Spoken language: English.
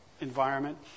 environment